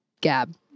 Gab